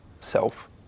self